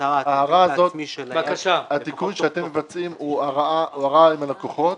התיקון שאתם מבצעים הוא הרעה עם הלקוחות.